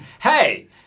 hey